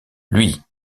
lui